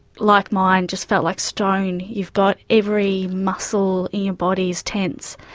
like mine, just felt like stone. you've got every muscle in your body is tense,